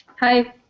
Hi